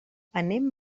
anem